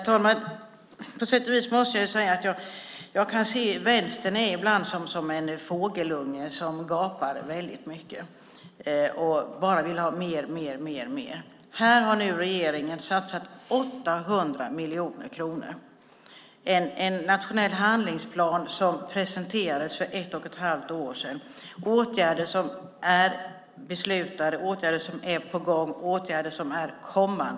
Jag måste säga att jag på sätt och vis kan se att Vänstern ibland är som en fågelunge som gapar väldigt mycket och bara vill ha mer, mer och mer. Här har regeringen nu satsat 800 miljoner kronor. Det är en nationell handlingsplan som presenterades för ett och ett halvt år sedan. Det är åtgärder som är beslutade, åtgärder som är på gång och åtgärder som kommer.